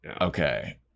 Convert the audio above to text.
Okay